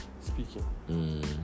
speaking